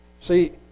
See